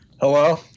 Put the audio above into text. Hello